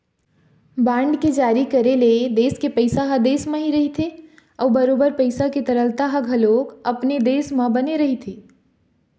bond के जारी करे ले देश के पइसा ह देश म ही रहिथे अउ बरोबर पइसा के तरलता ह घलोक अपने देश म बने रहिथे